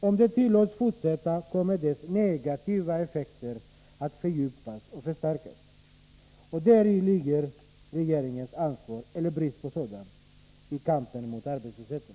Om den tillåts fortsätta kommer dess negativa effekter att fördjupas och förstärkas. Här ligger regeringens ansvar —- eller brist på sådant — i kampen mot arbetslösheten.